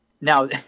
Now